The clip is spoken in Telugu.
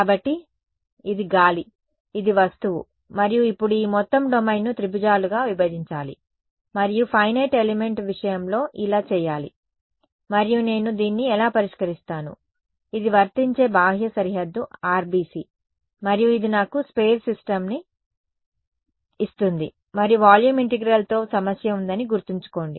కాబట్టి ఇది గాలి ఇది వస్తువు మరియు ఇప్పుడు ఈ మొత్తం డొమైన్ను త్రిభుజాలుగా విభజించాలి మరియు ఫైనైట్ ఎలిమెంట్ విషయంలో ఇలా చేయాలి మరియు నేను దీన్ని ఎలా పరిష్కరిస్తాను ఇది వర్తించే బాహ్య సరిహద్దు RBC మరియు ఇది నాకు స్పేర్స్ సిస్టమ్ని ఇస్తుంది మరియు వాల్యూమ్ ఇంటిగ్రల్తో సమస్య ఉందని గుర్తుంచుకోండి